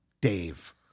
Dave